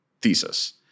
thesis